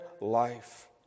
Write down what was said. life